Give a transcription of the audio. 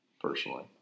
personally